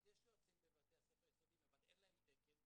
אז יש יועצים בבתי הספר היסודיים אבל אין להם תקן,